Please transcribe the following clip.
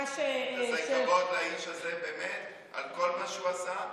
וזה כבוד לאיש הזה באמת על כל מה שהוא עשה,